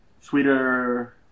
Sweeter